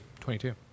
22